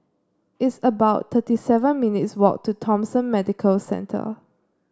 it's about thirty seven minutes' walk to Thomson Medical Centre